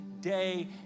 day